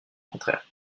contraire